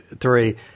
three